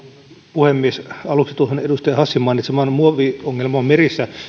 puhemies aluksi tuohon edustaja hassin mainitsemaan muoviongelmaan merissä se